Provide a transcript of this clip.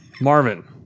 Marvin